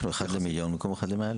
יש לנו אחד למיליון במקום אחד ל-100,000.